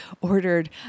ordered